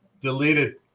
Deleted